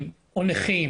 הייתי